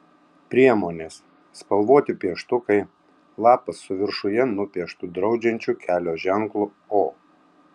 priemonės spalvoti pieštukai lapas su viršuje nupieštu draudžiančiu kelio ženklu o